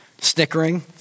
snickering